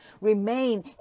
remain